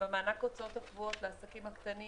ומענק הוצאות הקבועות לעסקים הקטנים